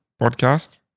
podcast